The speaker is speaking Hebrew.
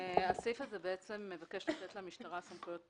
הסעיף הזה מבקש לתת למשטרה סמכויות פיקוח.